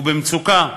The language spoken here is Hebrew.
הוא במצוקה,